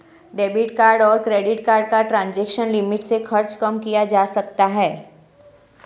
debit card और credit card का transaction limit से खर्च कम किया जा सकता है